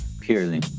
Purely